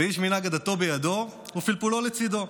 ואיש מנהג עדתו בידו ופלפולו לצידו.